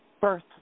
birth